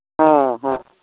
ᱚᱻ ᱦᱮᱸ